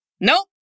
Nope